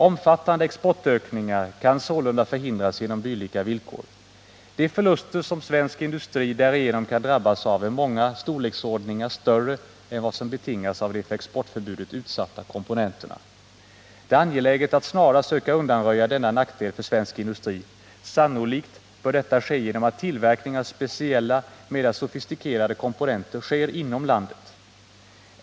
Omfattande exportökningar kan sålunda förhindras genom dylika villkor. De förluster svensk industri därigenom kan drabbas av är många storleksordningar större än vad som betingas av de för exportförbudet utsatta komponenterna. Det är angeläget att snarast söka undanröja denna nackdel för svensk industri. Sannolikt bör detta ske genom att tillverkning av speciella, mer sofistikerade komponenter sker inom landet.